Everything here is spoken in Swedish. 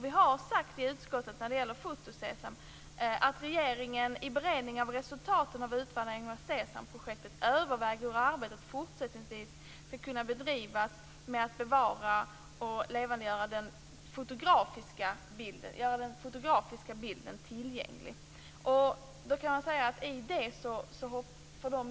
Vi har sagt i utskottet när det gäller foto-SESAM att regeringen i beredning av resultaten från utvärderingen av SESAM-projektet överväger hur arbetet med att bevara och levandegöra den fotografiska bilden fortsättningsvis skall bedrivas. Det handlar alltså om att göra den fotografiska bilden tillgänglig.